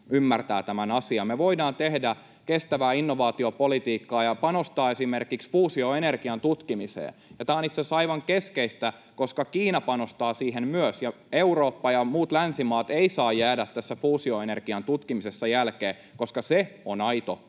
Me voidaan tehdä kestävää innovaatiopolitiikkaa ja panostaa esimerkiksi fuusioenergian tutkimiseen — ja tämä on itse asiassa aivan keskeistä, koska Kiina panostaa siihen myös, ja Eurooppa ja muut länsimaat eivät saa jäädä tässä fuusioenergian tutkimisessa jälkeen, koska se on aito